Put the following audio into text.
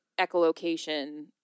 echolocation